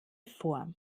vor